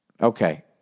Okay